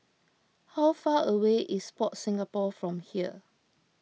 how far away is Sport Singapore from here